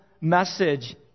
message